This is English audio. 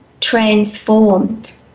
transformed